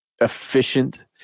efficient